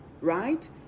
right